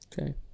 Okay